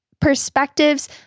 perspectives